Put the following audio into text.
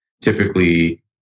typically